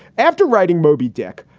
after writing moby dick,